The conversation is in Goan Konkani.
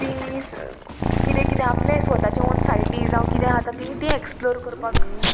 ती किदें किदें आपलें स्वताच्यो ओन सायटी जावं कितें आता तीं तीं एक्सप्लोर करपाक